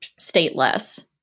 stateless